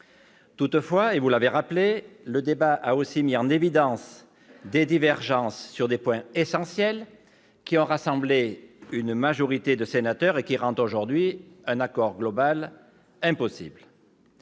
Toutefois, le débat a aussi mis en évidence des divergences sur des points essentiels qui ont rassemblé une majorité de sénateurs et rendent aujourd'hui un accord global impossible.